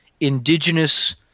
indigenous